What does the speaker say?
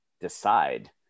decide